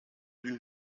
d’une